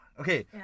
okay